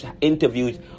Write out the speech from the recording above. interviews